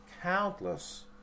countless